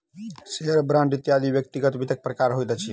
share, bond इत्यादि व्यक्तिगत वित्तक प्रकार होइत अछि